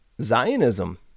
Zionism